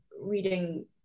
reading